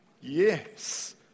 yes